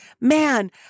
man